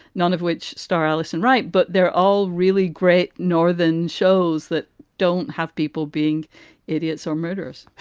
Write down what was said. none of which star allison. right. but they're all really great northern shows that don't have people being idiots or murderers